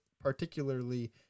particularly